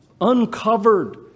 uncovered